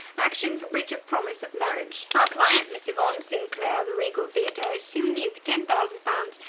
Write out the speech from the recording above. action for breach of promise of marriage. our client, miss yvonne sinclair, of the regal theatre, is suing you for ten thousand pounds.